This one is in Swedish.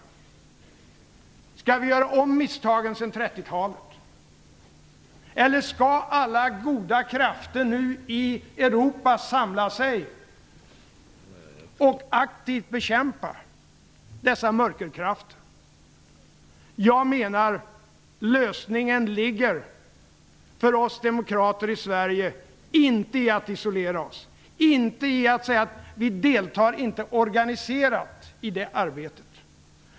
Skall vi göra om misstagen sedan 30-talet? Eller skall alla goda krafter nu i Europa samla sig och aktivt bekämpa dessa mörkerkrafter? Jag menar att lösningen för oss demokrater i Sverige inte ligger i att isolera oss. Lösningen ligger inte i att säga att vi inte deltar organiserat i det arbetet.